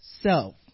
self